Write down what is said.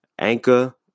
Anchor